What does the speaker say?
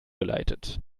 geleitet